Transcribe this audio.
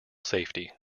safety